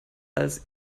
als